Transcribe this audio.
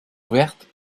ouverte